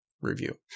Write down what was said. Review